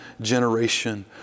generation